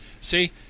See